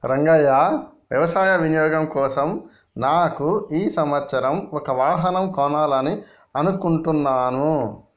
రంగయ్య వ్యవసాయ వినియోగం కోసం నాకు ఈ సంవత్సరం ఒక వాహనం కొనాలని అనుకుంటున్నాను